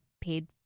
paid